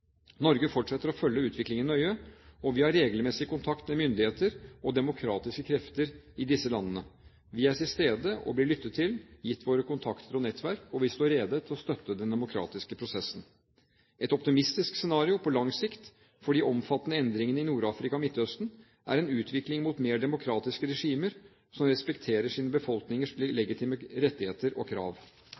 Norge fortsetter å følge utviklingen nøye, og vi har regelmessig kontakt med myndigheter og demokratiske krefter i disse landene. Vi er til stede og blir lyttet til, gitt våre kontakter og nettverk, og vi står rede til å støtte den demokratiske prosessen. Et optimistisk scenario på lang sikt for de omfattende endringene i Nord-Afrika og Midtøsten er en utvikling mot mer demokratiske regimer som respekterer sine befolkningers legitime rettigheter og krav.